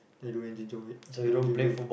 then I don't enjoy it don't enjoy